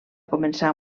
començar